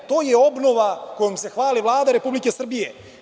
To je obnova kojom se hvali Vlada Republike Srbije.